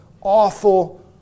awful